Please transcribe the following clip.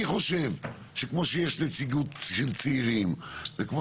אני חושב שכמו שיש נציגות של צעירים וכמו